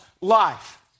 life